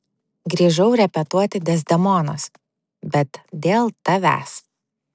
grįžau repetuoti dezdemonos bet dėl tavęs